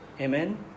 Amen